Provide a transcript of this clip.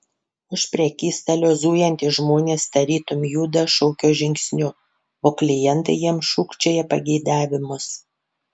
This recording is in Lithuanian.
už prekystalio zujantys žmonės tarytum juda šokio žingsniu o klientai jiems šūkčioja pageidavimus